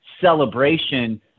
celebration